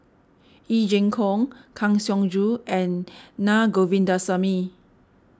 Yee Jenn Jong Kang Siong Joo and Na Govindasamy